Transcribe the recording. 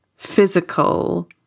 physical